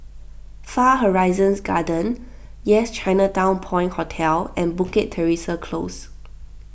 Far Horizon Gardens Yes Chinatown Point Hotel and Bukit Teresa Close